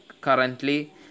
currently